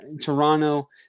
Toronto